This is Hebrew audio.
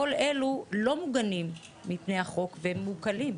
כל אלו לא מוגנים מפני החוק, והם מעוקלים.